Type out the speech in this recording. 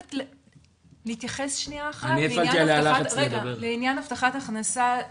חייבת להתייחס לעניין הבטחת הכנסה.